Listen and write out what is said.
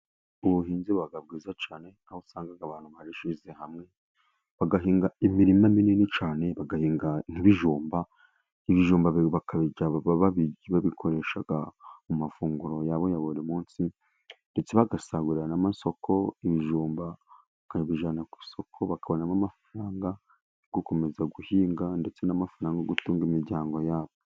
Ubuhinzi buba bwiza cyane aho usanga abantu barishyize hamwe bagahinga imirima minini cyane bagahinga nk' ibijumba, ibijumba bakajya bakaba babikoresha mu mafunguro yabo ya buri munsi ndetse bagasagurira n'amasoko. Ibijumba bakabijyana ku isoko bakabonamo amafaranga yo gukomeza guhinga, ndetse n'amafaranga yo gutunga imiryango yabo.